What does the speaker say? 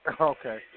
Okay